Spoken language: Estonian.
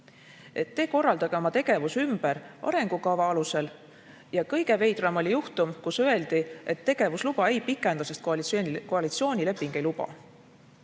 te korraldage oma tegevus ümber arengukava alusel. Kõige veidram oli juhtum, kus öeldi, et tegevusluba ei saa pikendada, sest koalitsioonileping ei luba.